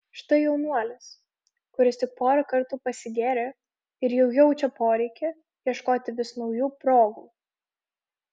štai jaunuolis kuris tik porą kartų pasigėrė ir jau jaučia poreikį ieškoti vis naujų progų